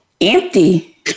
empty